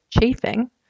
chafing